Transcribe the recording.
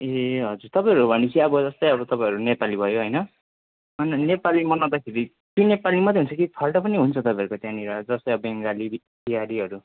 ए हजुर तपाईँहरूको भनेपछि अब जस्तै अब तपाईँहरू नेपाली भयो होइन अन्त नेपाली मनाउँदाखेरि ती नेपाली मात्रै हुन्छ कि फाल्टो पनि हुन्छ तपाईँहरूको त्यहाँनिर जस्तै अब बङ्गाली बिहारीहरू